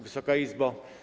Wysoka Izbo!